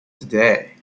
today